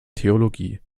theologie